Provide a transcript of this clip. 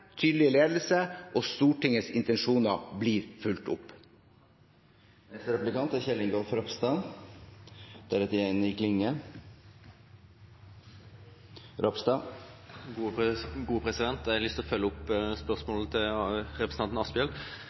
tydelig ledelse, og Stortingets intensjoner blir fulgt opp. Jeg har lyst til å følge opp spørsmålet til representanten Asphjell. Da Stortinget vedtok nærpolitireformen, var vi tydelige på at vi ønsket å